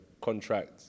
contract